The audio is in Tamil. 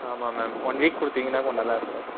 ஆமாம் மேம் ஒன் வீக் கொடுத்திங்கன்னா கொஞ்சம் நல்லா இருக்கும்